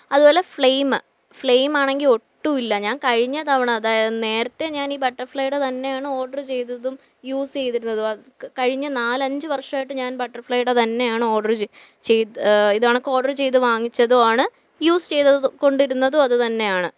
അതുപോലെ ഫ്ലെയിം ഫ്ലെയിമാണെങ്കിൽ ഒട്ടുവില്ല ഞാൻ കഴിഞ്ഞ തവണ അതായത് നേരത്തെ ഞാൻ ഈ ബട്ടർ ഫ്ലൈയുടെ തന്നെയാണ് ഓർഡറ് ചെയ്തതും യൂസ് ചെയ്തിരുന്നതും അത് കഴിഞ്ഞ നാലഞ്ച് വർഷവായിട്ട് ഞാൻ ബട്ടർ ഫ്ലൈയുടെ തന്നെയാണ് ഓർഡറ് ചെയ്ത് ചെയ്ത് ഇത്ക്കണക്ക് ഓഡറ് ചെയ്ത് വാങ്ങിച്ചതുവാണ് യൂസ് ചെയ്തത് കൊണ്ടിരുന്നതും അതുതന്നെയാണ്